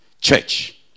church